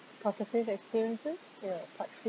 positive experiences here part three